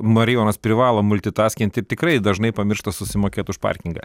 marijonas privalo multitaskint ir tikrai dažnai pamiršta susimokėt už parkingą